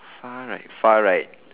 far right far right